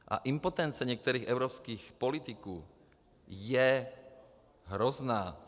A impotence některých evropských politiků je hrozná.